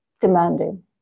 demanding